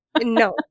no